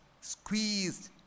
squeezed